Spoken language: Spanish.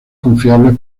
confiables